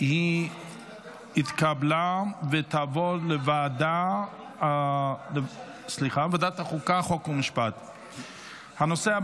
התשפ"ד 2023, לוועדת החוקה, חוק ומשפט נתקבלה.